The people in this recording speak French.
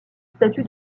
statue